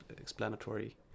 explanatory